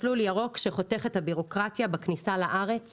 מסלול ירוק שחותך הביורוקרטיה בכניסה לארץ